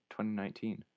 2019